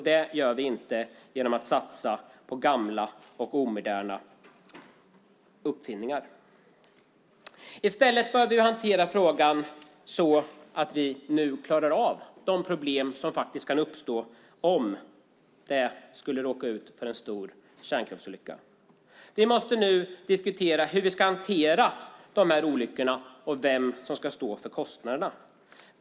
Det gör vi inte genom att satsa på gamla och omoderna uppfinningar. I stället bör vi hantera frågan så att vi klarar av de problem som kan uppstå om vi skulle råka ut för en stor kärnkraftsolycka. Vi måste nu diskutera hur vi ska hantera sådana olyckor och vem som ska stå för kostnaderna.